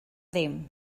ddim